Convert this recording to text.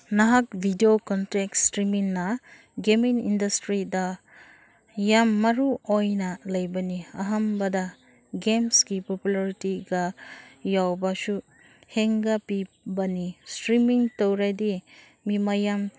ꯅꯍꯥꯛ video contract ꯁ꯭ꯇꯔꯤꯃꯤꯡꯅ gaming ꯏꯟꯗꯁꯇ꯭ꯔꯤꯗ ꯌꯥꯝ ꯃꯔꯨ ꯑꯣꯏꯅ ꯂꯩꯕꯅꯤ ꯑꯍꯥꯟꯕꯗ ꯒꯦꯝꯁꯀꯤ ꯄꯣꯄꯨꯂꯔꯤꯇꯤꯒ ꯌꯥꯎꯕꯁꯨ ꯍꯦꯟꯒꯠꯄꯤꯕꯅꯤ ꯁ꯭ꯇꯔꯤꯃꯤꯡ ꯇꯧꯔꯗꯤ ꯃꯤ ꯃꯌꯥꯝ